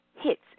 hits